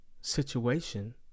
situation